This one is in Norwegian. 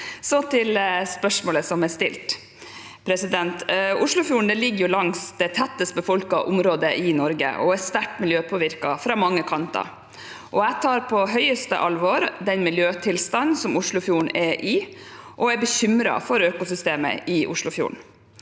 Så til spørsmålet som er stilt: Oslofjorden ligger langs det tettest befolkede området i Norge og er sterkt miljøpåvirket fra mange kanter. Jeg tar på høyeste alvor den miljøtilstanden som Oslofjorden er i, og jeg er bekymret for økosystemet i Oslofjorden.